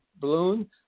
balloon